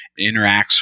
interacts